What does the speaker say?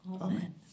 Amen